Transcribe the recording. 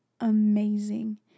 amazing